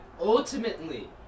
ultimately